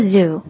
Zoo